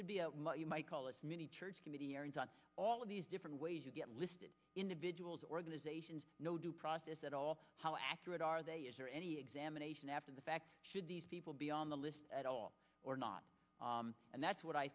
should be a what you might call a mini church committee hearings on all of these different ways you get listed individuals or organizations no due process at all how accurate are they is there any examination after the fact should these people be on the list at all or not and that's what i